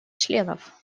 членов